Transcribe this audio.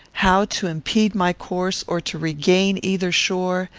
how to impede my course or to regain either shore,